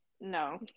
no